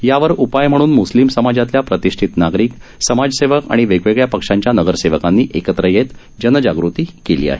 यावर उपाय म्हणून मुस्लिम समाजातल्या प्रतिष्ठित नागरिक समाजसेवक आणि वेगवेगळ्या पक्षांच्या नगरसेवकांनी एकत्र येत जनजाग़ती केली आहे